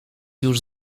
już